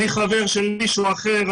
מי חבר של מישהו אחר.